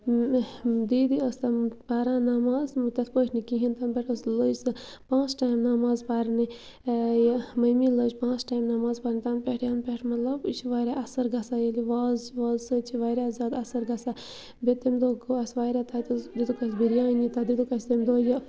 دیٖدی ٲس تم پَران نٮ۪ماز تتھ پٲٹھۍ نہٕ کِہیٖنۍ تَنہٕ پٮ۪ٹھ ٲس لٔج سۄ پانٛژھ ٹایم نٮ۪ماز پَرنہِ یہِ مٔمی لٔج پانٛژھ ٹایم نٮ۪ماز پَرنہِ تَنہٕ پٮ۪ٹھ یَنہٕ پٮ۪ٹھ مَطلَب یہِ چھِ واریاہ اَثَر گَژھان ییٚلہِ وازٕ وازٕ سۭتۍ واریاہ زیادٕ اَثَر گَژھان بیٚیہِ تمہِ دۄہ گوٚو اَسہِ واریاہ تَتہِ حظ دِتُکھ اَسہِ بِریانی تَتہِ دِتُکھ اَسہِ تمہِ دۄہ یہِ